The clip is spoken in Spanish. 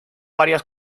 varias